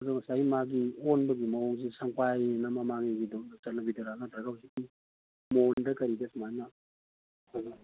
ꯑꯗꯣ ꯉꯁꯥꯏꯒꯤ ꯃꯥꯒꯤ ꯑꯣꯟꯕꯒꯤ ꯃꯑꯣꯡꯁꯦ ꯁꯪꯄꯥꯏꯑꯅ ꯃꯃꯥꯡꯒꯤꯗꯨ ꯆꯠꯅꯕꯤꯗꯨꯔꯥ ꯅꯠꯇ꯭ꯔꯒ ꯍꯧꯖꯤꯛꯀꯤ ꯃꯣꯟꯗ ꯀꯔꯤꯗ ꯁꯨꯃꯥꯏꯅ